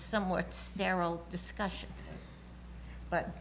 somewhat sterile discussion but